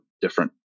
different